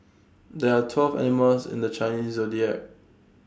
there are twelve animals in the Chinese Zodiac